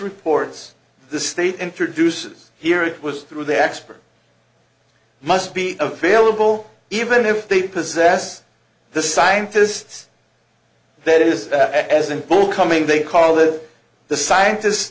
reports the state introduces here it was through their expert must be available even if they possess the scientists that is as in pull coming they call the the scientists